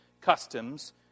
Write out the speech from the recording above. customs